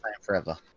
forever